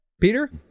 Peter